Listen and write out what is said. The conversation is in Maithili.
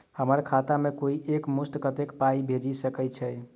हम्मर खाता मे कोइ एक मुस्त कत्तेक पाई भेजि सकय छई?